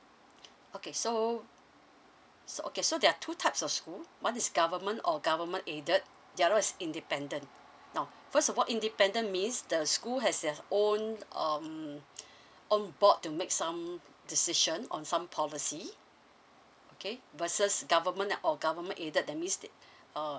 okay so so okay so there are two types of schools one is government or government aided the other one is independent now first of all independent means the school has their own um own board to make some decision on some policy okay versus government or government aided that means that uh